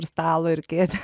ir stalą ir kėdę